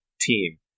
team